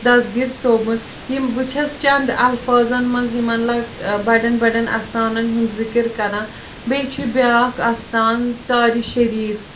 دسگیٖر صٲبُن یِم بہٕ چھَس چَنٛد الفاظَن منٛز یِمَن لَک بَڑٮ۪ن بَڑٮ۪ن اَستانَن ہُنٛد ذِکِر کران بیٚیہِ چھُ بیٛاکھ اَستان ژارِ شریٖف